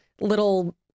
little